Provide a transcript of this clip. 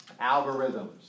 algorithms